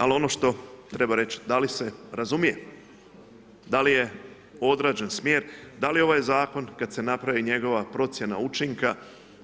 Ali ono što treba reći da li se razumije, da li je odrađen smjer, da li ovaj zakon kada se napravi njegova procjena učinka